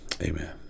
Amen